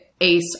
Ace